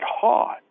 hot